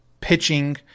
pitching –